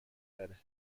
تره